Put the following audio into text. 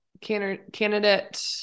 candidate